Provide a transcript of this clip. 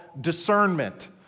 discernment